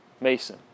Mason